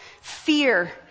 fear